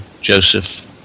Joseph